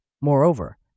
Moreover